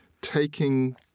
taking